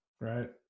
Right